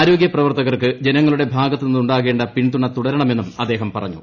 ആരോഗ്യപ്രവർത്തകർക്ക് ജനങ്ങളുടെ ഭാഗത്തു നിന്നുണ്ടാകേണ്ട പിന്തുണ തുടരണമെന്നും അദ്ദേഹം പറഞ്ഞു